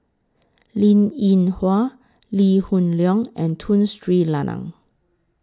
Linn in Hua Lee Hoon Leong and Tun Sri Lanang